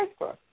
Facebook